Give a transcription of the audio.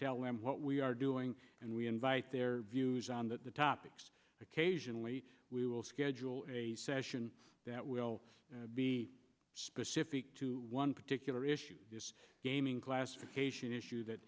tell them what we are doing and we invite their views on the topics occasionally we will schedule session that will be specific to one particular issue this gaming classification